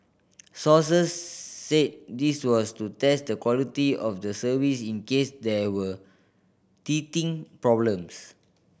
sources said this was to test the quality of the service in case there were teething problems